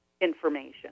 information